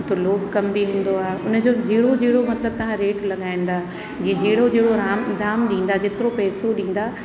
थुलो कम बि हूंदो आहे उन जो जहिड़ो जहिड़ो मतिलबु तव्हां रेट लॻाईंदा जीअं जहिड़ो जहिड़ो राम दाम ॾींदा जेतिरो पैसो ॾींदा